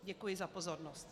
Děkuji za pozornost.